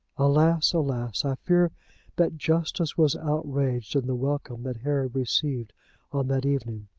alas, alas! i fear that justice was outraged in the welcome that harry received on that evening.